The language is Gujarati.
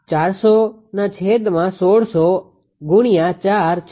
તેથી છે